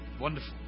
Wonderful